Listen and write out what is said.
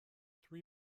three